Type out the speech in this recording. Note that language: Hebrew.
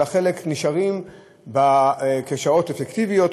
אלא חלק נשארים שעות אפקטיביות,